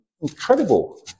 incredible